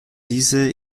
diese